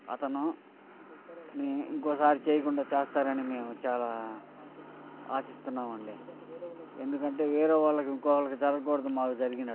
అతను మీ ఇంకోసారి చేయకుండా చేస్తారని మేము చాలా ఆశిస్తున్నాము అండి ఎందుకంటే వేరే వాళ్ళకి ఇంకొకళ్ళకి జరక్కూడదు మాకు జరిగినట్టు